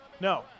No